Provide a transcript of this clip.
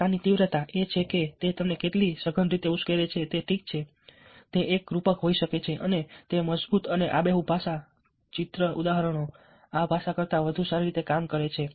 ભાષાની તીવ્રતા એ છે કે તે તમને કેટલી સઘન રીતે ઉશ્કેરે છે તે ઠીક છે તે એક રૂપક હોઈ શકે છે અને તે મજબૂત અને આબેહૂબ ભાષા ચિત્ર ઉદાહરણો આ ભાષા કરતાં વધુ સારી રીતે કામ કરે છે